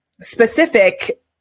specific